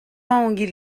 longues